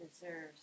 deserves